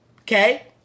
Okay